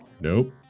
Nope